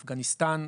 אפגניסטן,